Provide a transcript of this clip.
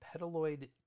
petaloid